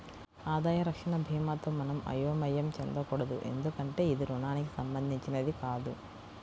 ఆదాయ రక్షణ భీమాతో మనం అయోమయం చెందకూడదు ఎందుకంటే ఇది రుణానికి సంబంధించినది కాదు